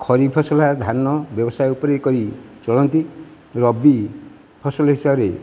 ଖରିଫ ଫସଲ ଧାନ ବ୍ୟବସାୟ ଉପରେ କରି ଚଳନ୍ତି ରବି ଫସଲ ହିସାବରେ